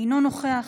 אינו נוכח,